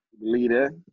Leader